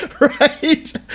right